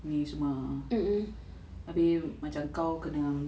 ni semua abeh macam kau kena